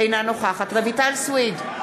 בעד רויטל סויד,